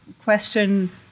question